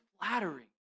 flattering